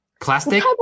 plastic